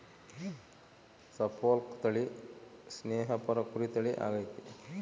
Suffolk ತಳಿ ಸ್ನೇಹಪರ ಕುರಿ ತಳಿ ಆಗೆತೆ